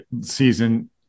season